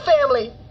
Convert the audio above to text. family